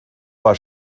war